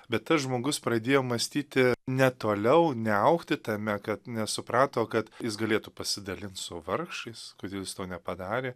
bet tas žmogus pradėjo mąstyti ne toliau neaugti tame kad nesuprato kad jis galėtų pasidalint su vargšais kad jis to nepadarė